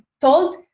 told